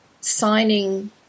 signing